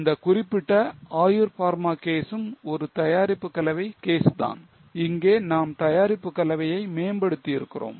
இந்த குறிப்பிட்ட Ayur Pharma கேசும் ஒரு தயாரிப்பு கலவை கேஸ் தான் இங்கே நாம் தயாரிப்பு கலவையை மேம்படுத்துகிறோம்